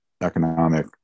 economic